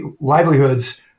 livelihoods